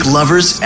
Lovers